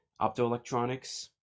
optoelectronics